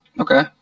Okay